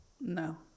No